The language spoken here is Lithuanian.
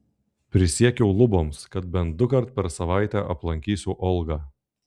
prisiekiau luboms kad bent dukart per savaitę aplankysiu olgą